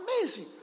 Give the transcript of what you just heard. Amazing